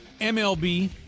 MLB